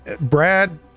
Brad